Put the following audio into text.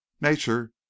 nature